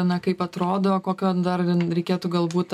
na kaip atrodo kokio dar reikėtų galbūt